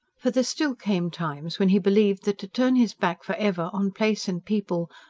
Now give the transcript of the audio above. for there still came times when he believed that to turn his back for ever, on place and people,